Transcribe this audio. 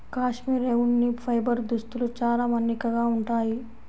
cashmere ఉన్ని fibre దుస్తులు చాలా మన్నికగా ఉంటాయి